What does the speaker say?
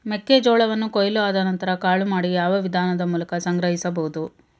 ಮೆಕ್ಕೆ ಜೋಳವನ್ನು ಕೊಯ್ಲು ಆದ ನಂತರ ಕಾಳು ಮಾಡಿ ಯಾವ ವಿಧಾನದ ಮೂಲಕ ಸಂಗ್ರಹಿಸಬಹುದು?